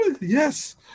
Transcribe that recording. Yes